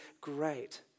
great